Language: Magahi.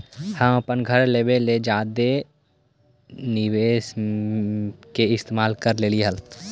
हम अपन घर लेबे लागी जादे निवेश के इस्तेमाल कर लेलीअई हल